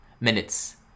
minutes